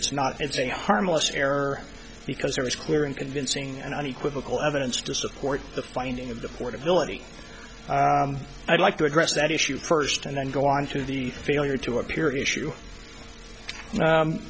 it's not it's a harmless error because there is clear and convincing and unequivocal evidence to support the finding of the portability i'd like to address that issue first and then go on to the failure to appear issue